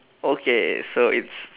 okay so it's